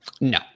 No